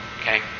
Okay